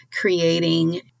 creating